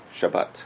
Shabbat